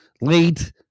late